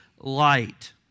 light